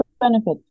benefits